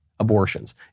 abortions